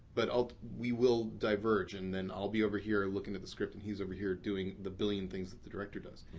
but we will diverge and then i'll be over here looking at the script and he's over here doing the billion things that the director does.